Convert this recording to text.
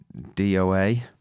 DOA